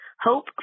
hope